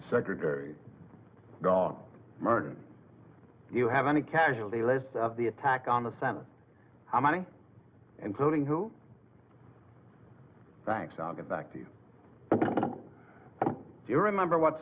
secretary gone murder you have any casualty lists the attack on the senate how many including who thanks i'll get back to you do you remember what